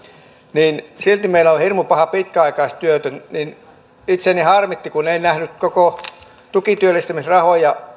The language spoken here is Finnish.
niin silti meillä on hirmu paha pitkäaikaistyöttömyys itseäni harmitti kun en nähnyt koko tukityöllistämisrahoja